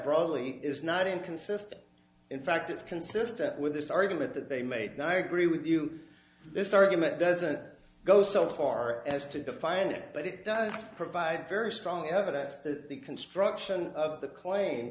broadly is not inconsistent in fact it's consistent with this argument that they made no i agree with you this argument doesn't go so far as to define it but it does provide very strong evidence that the construction of the